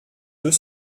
deux